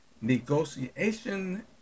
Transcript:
Negotiation